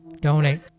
Donate